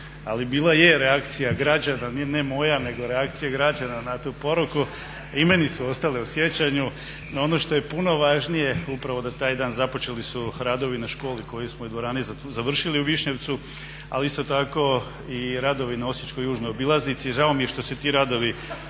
Ali bila je reakcija građana, ne moja nego reakcija građana na tu poruku. I meni su ostale u sjećanju. Ono što je puno važnije upravo da taj dan započeli su radovi na školi, koju smo dvoranu i završili u Višnjevcu, ali isto tako i radovi na osječkoj južnoj obilaznici. Žao mi je što se ti radovi